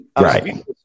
Right